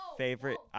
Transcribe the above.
favorite